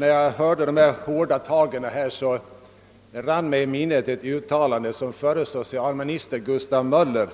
När jag bevittnade de hårda tag som togs här i dag, rann mig i minnet ett uttalande som förre socialminister Gustav Möller